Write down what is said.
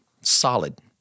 solid